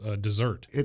dessert